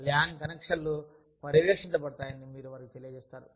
LAN కనెక్షన్లు పర్యవేక్షించబడతాయని మీరు వారికి తెలియజేస్తారు